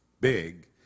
big